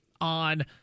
on